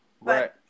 Right